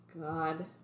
God